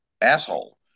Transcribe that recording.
asshole